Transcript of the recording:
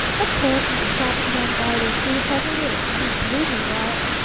of course, when the crops weren't either too heavy or too blooming light,